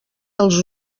dels